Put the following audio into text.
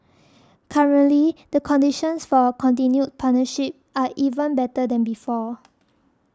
currently the conditions for a continued partnership are even better than before